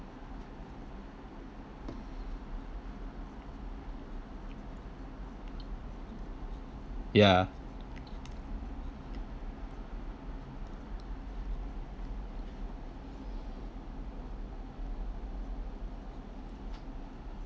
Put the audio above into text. ya